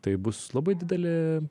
tai bus labai didelė